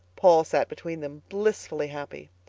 paul sat between them blissfully happy.